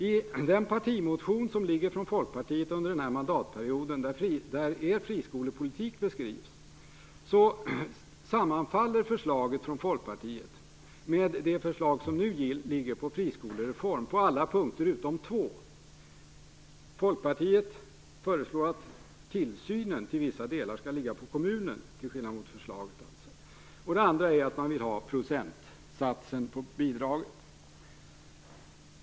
I den partimotion som Folkpartiet har väckt under den här mandatperioden, där man beskriver sin friskolepolitik, sammanfaller förslaget från Folkpartiet med det förslag till friskolereform som nu föreligger på alla punkter utom två. Folkpartiet föreslår att tillsynen till vissa delar skall ligga på kommunen till skillnad mot det aktuella förslaget. Det andra är att man vill ha en procentsats för bidraget.